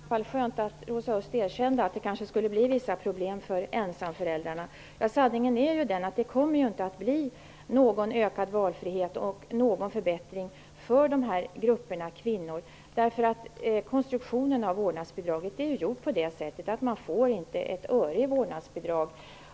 Herr talman! Det var i alla fall skönt att Rosa Östh erkände att det skulle bli vissa problem för ensamföräldrarna. Sanningen är ju att det inte kommer att bli någon ökad valfrihet eller någon förbättring för de här grupperna kvinnor. Konstruktionen av vårdnadsbidraget är gjord på det sättet att man inte får ett öre i vårdnadsbidrag